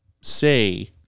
say